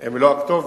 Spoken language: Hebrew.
הם לא הכתובת.